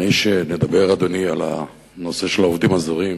לפני שנדבר, אדוני, על נושא העובדים הזרים,